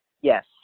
Yes